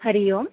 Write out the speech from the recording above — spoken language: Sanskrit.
हरिः ओं